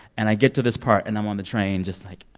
and i get to this part. and i'm on the train just like,